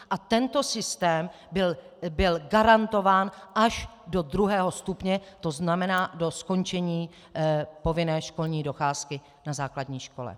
A tento systém byl garantován až do druhého stupně, to znamená do skončení povinné školní docházky na základní škole.